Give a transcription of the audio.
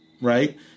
right